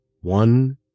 one